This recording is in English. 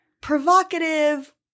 provocative